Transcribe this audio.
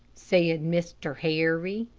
said mr. harry.